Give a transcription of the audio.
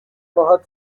باهات